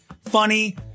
funny